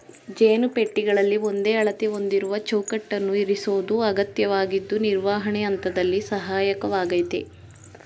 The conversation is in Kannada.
ಜೇನು ಪೆಟ್ಟಿಗೆಗಳಲ್ಲಿ ಒಂದೇ ಅಳತೆ ಹೊಂದಿರುವ ಚೌಕಟ್ಟನ್ನು ಇರಿಸೋದು ಅಗತ್ಯವಾಗಿದ್ದು ನಿರ್ವಹಣೆ ಹಂತದಲ್ಲಿ ಸಹಾಯಕವಾಗಯ್ತೆ